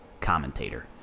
commentator